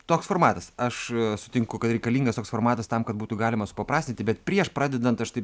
toks formatas aš sutinku kad reikalingas toks formatas tam kad būtų galima supaprastinti bet prieš pradedant aš taip